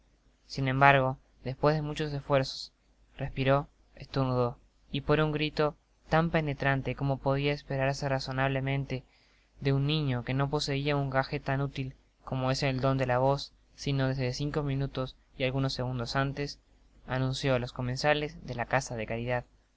sin embargo despues de muchos esfuerzos respiró estornudó y por un grito tan penetrante como podia esperarse razonablemente de un niño que no poseia un gage tan útil como es el don de la voz sino desde cinco minutos y algunos segundos antes anunció á los comensales de la casa de caridad